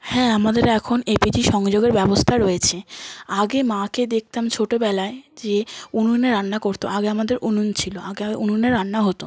হ্যাঁ আমাদের এখন এল পি জি সংযোগের ব্যবস্থা রয়েছে আগে মাকে দেখতাম ছোটোবেলায় যে উনুনে রান্না করত আগে আমাদের উনুন ছিল আগে উনুনে রান্না হতো